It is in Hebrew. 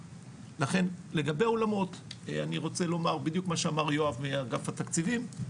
לכן לגבי האולמות אני רוצה לומר בדיוק מה שאמר יואב מאגף התקציבים,